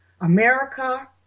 America